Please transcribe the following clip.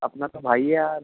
अपना तो भाई है यार